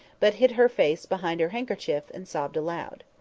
but hid her face behind her handkerchief and sobbed aloud.